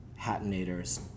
hatinators